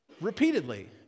repeatedly